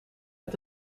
met